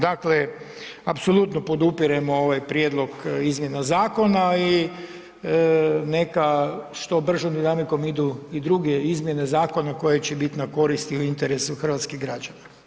Dakle, apsolutno podupirem ovaj prijedlog izmjena zakona i neka što bržom dinamikom idu i druge izmjene zakona koji će biti na korist ili interesu hrvatskih građana.